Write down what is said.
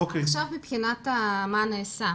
מבחינת מה נעשה,